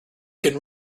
can